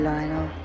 Lionel